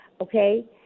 okay